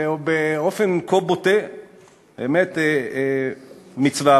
באמת מצווה.